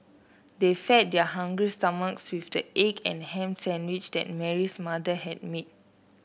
they fed their hungry stomachs with the egg and ham sandwiches that Mary's mother had made